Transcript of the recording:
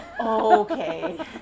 Okay